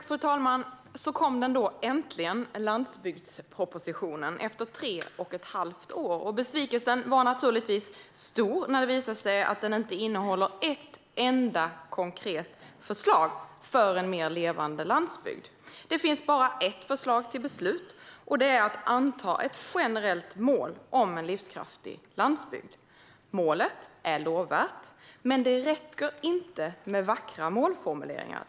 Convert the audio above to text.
Fru talman! Så kom den då äntligen, landsbygdspropositionen, efter tre och ett halvt år! Besvikelsen var naturligtvis stor när det visade sig att den inte innehåller ett enda konkret förslag för en mer levande landsbygd. Det finns bara ett förslag till beslut, och det är att anta ett generellt mål om en livskraftig landsbygd. Målet är lovvärt, men det räcker inte med vackra målformuleringar.